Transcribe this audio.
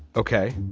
ok.